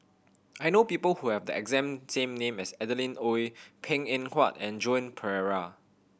I know people who have the exact same name as Adeline Ooi Png Eng Huat and Joan Pereira